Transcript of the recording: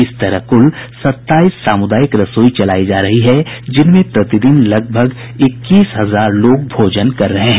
इस तरह कुल सत्ताईस सामुदायिक रसोई चलाई जा रही है जिनमें प्रतिदिन लगभग इक्कीस हजार लोग भोजन कर रहे हैं